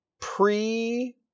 pre